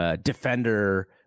defender